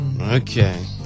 Okay